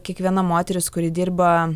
kiekviena moteris kuri dirba